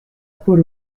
por